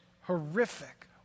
horrific